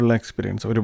experience